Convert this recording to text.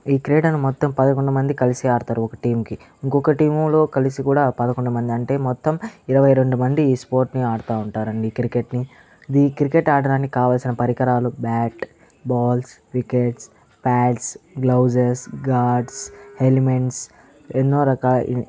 ఈ క్రీడను మొత్తం పదకొండు మంది కలిసి ఆడతారు ఒక టీం కి ఇంకొక టీము లో కలిసి కూడా పదకొండు మంది అంటే మొత్తం ఇరవై రెండు మంది ఈ స్పోర్ట్ ని ఆడతావుంటారండీ ఈ క్రికెట్ ని ఈ క్రికెట్ ఆడడానికి కావలసిన పరికరాలు bat balls wickets pads gloves guards helmets ఎన్నో రకా